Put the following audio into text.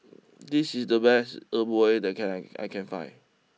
this is the best E Bua that can I can find